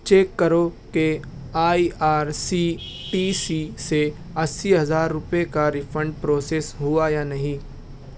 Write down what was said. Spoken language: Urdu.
چیک کرو کہ I R C T C سے اسی ہزار روپئے کا ریفنڈ پروسیس ہوا یا نہیں